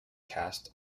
cast